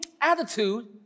attitude